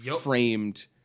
framed